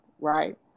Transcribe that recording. right